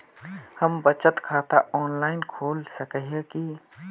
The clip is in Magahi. हम बचत खाता ऑनलाइन खोल सके है की?